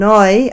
Noi